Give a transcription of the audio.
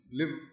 live